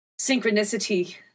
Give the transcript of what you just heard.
synchronicity